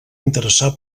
interessar